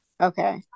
Okay